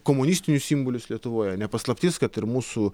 komunistinius simbolius lietuvoje ne paslaptis kad ir mūsų